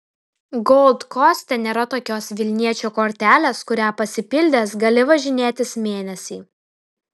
gold koste nėra tokios vilniečio kortelės kurią pasipildęs gali važinėtis mėnesį